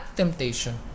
temptation